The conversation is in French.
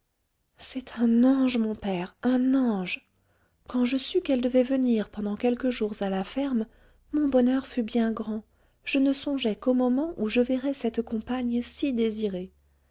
c'est un ange mon père un ange quand je sus qu'elle devait venir pendant quelques jours à la ferme mon bonheur fut bien grand je ne songeais qu'au moment où je verrais cette compagne si désirée